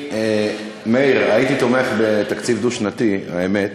מאיר, הייתי תומך בתקציב דו-שנתי, האמת,